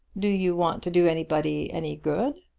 do you want to do anybody any good?